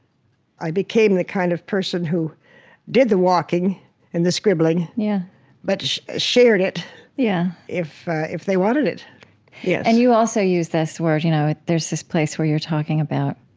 i became the kind of person who did the walking and the scribbling yeah but shared it yeah if if they wanted it yeah and you also use this word you know there's this place where you're talking about